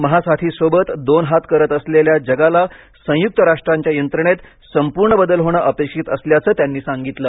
महासाथीसोबत दोन हात करत असलेल्या जगाला संयुक्त राष्ट्रांच्या यंत्रणेत संपूर्ण बदल होणं अपेक्षित असल्याचं त्यांनी सांगितलं